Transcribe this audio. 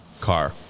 car